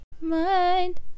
mind